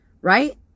right